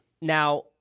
Now